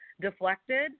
deflected